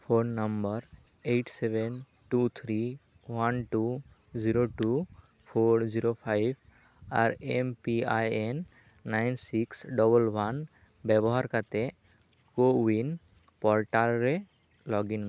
phone number eight seven two three one two zero two four zero five R M P I N nine six double one ᱵᱮᱵᱚᱦᱟᱨ ᱠᱟᱛᱮ ᱠᱳ ᱩᱭᱤᱱ portal ᱨᱮ login